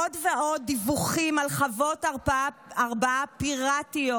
עוד ועוד דיווחים על חוות הרבעה פיראטיות